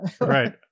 Right